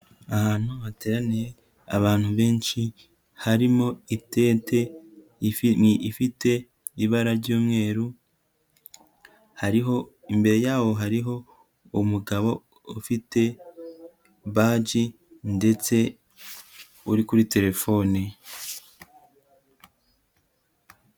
Ahantu hateraniye abantu benshi harimo itente ifite ibara ry'umweru, imbere yaho hariho umugabo ufite baji, ndetse uri kuri telefone.